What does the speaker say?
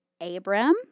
Abram